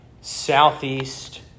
Southeast